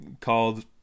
called